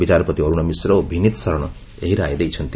ବିଚାରପତି ଅରୁଣ ମିଶ୍ର ଓ ଭିନିତ୍ ସରଣ ଏହି ରାୟ ଦେଇଛନ୍ତି